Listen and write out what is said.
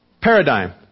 paradigm